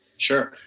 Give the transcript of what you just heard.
sure.